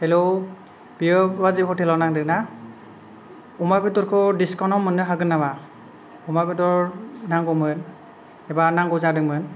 हेल' बेयो बाजै हटेलाव नांदों ना अमा बेदरखौ डिस्काउन्टआव मोननो हागोन नामा अमा बेदर नांगौमोन एबा नांगौ जादोंमोन